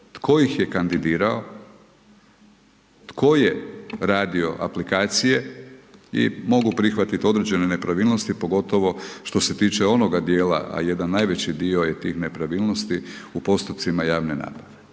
Tko ih je kandidirao, tko je radio aplikacije i mogu prihvatiti određene nepravilnosti pogotovo što se tiče onoga dijela, a jedan najveći dio je tih nepravilnosti u postupcima javne nabave,